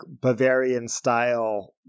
Bavarian-style